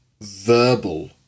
verbal